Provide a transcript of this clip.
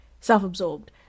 self-absorbed